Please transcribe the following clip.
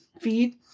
feed